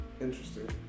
interesting